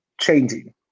changing